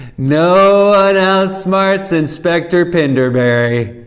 no one outsmarts inspector pinderberry.